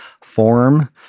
form